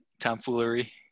tomfoolery